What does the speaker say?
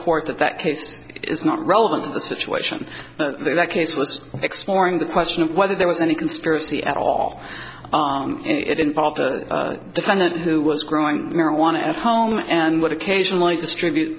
court that that case is not relevant to the situation that case was exploring the question of whether there was any conspiracy at all it involved a defendant who was growing marijuana at home and would occasionally distribute